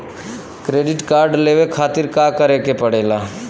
Credit card लेवे खातिर का करे के पड़ेला?